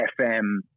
FM